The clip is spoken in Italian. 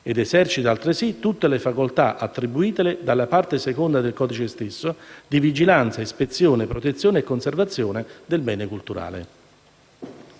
ed esercitano altresì tutte le facoltà, attribuite loro dalla parte seconda del codice stesso, di vigilanza, ispezione, protezione e conservazione del bene culturale.